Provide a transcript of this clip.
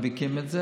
מדביקים את זה.